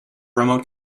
remote